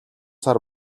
сар